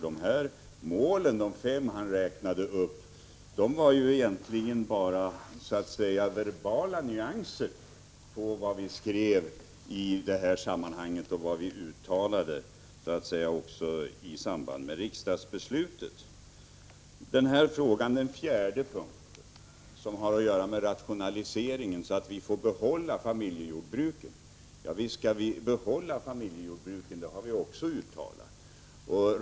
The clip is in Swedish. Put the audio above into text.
De fem mål han räknade upp var egentligen bara verbala nyanser av vad vi skrev och uttalade i detta sammanhang i samband med riksdagsbeslutet. Den fjärde punkten handlar om rationaliseringen och att man skall behålla familjejordbruken. Visst skall vi behålla familjejordbruken, det har vi också uttalat.